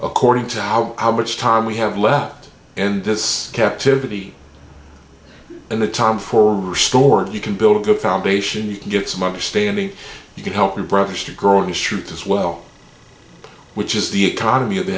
according to how how much time we have left in this captivity and the time for restored you can build a good foundation you can get some understanding you can help your brothers to grow the shoot as well which is the economy